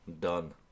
done